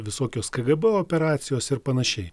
visokios kgb operacijos ir panašiai